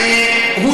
לעולם,